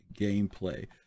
gameplay